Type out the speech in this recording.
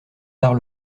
tard